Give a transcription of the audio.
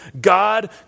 God